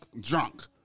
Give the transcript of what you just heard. Drunk